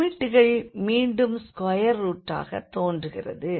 லிமிட்கள் மீண்டும் ஸ்கொயர் ரூட்டாகத் தோன்றுகிறது